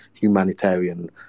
humanitarian